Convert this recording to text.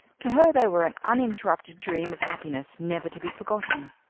to her they were an uninterrupted dream of happiness never to be forgotten.